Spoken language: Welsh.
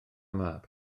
mab